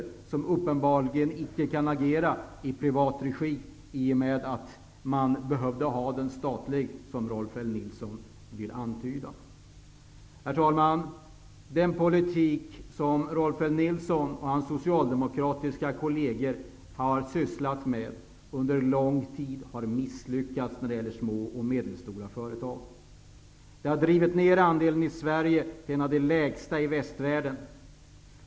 Det är en bank som uppenbarligen inte kan agera i privat regi, eftersom Rolf L Nilson menade att den behövde vara statlig. Herr talman! Den politik som Rolf L Nilson och hans socialdemokratiska kolleger har sysslat med under lång tid har misslyckats när det gäller små och medelstora företag. Det har drivit ner andelen sådana företag i Sverige till en av de lägsta i västvärlden.